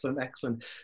excellent